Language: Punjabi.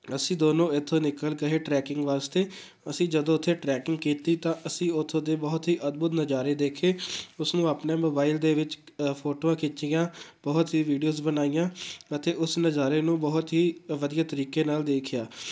ਅਸੀਂ ਦੋਨੋਂ ਇੱਥੋਂ ਨਿਕਲ ਗਏ ਟਰੈਕਿੰਗ ਵਾਸਤੇ ਅਸੀਂ ਜਦੋਂ ਉੱਥੇ ਟਰੈਕਿੰਗ ਕੀਤੀ ਤਾਂ ਅਸੀਂ ਉੱਥੋਂ ਦੇ ਬਹੁਤ ਹੀ ਅਦਭੁਤ ਨਜ਼ਾਰੇ ਦੇਖੇ ਉਸ ਨੂੰ ਆਪਣੇ ਮੋਬਾਇਲ ਦੇ ਵਿੱਚ ਫੋਟੋਆਂ ਖਿੱਚੀਆਂ ਬਹੁਤ ਹੀ ਵੀਡੀਓਜ਼ ਬਣਾਈਆਂ ਅਤੇ ਉਸ ਨਜ਼ਾਰੇ ਨੂੰ ਬਹੁਤ ਹੀ ਵਧੀਆ ਤਰੀਕੇ ਨਾਲ ਦੇਖਿਆ